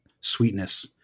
sweetness